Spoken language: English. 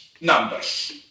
numbers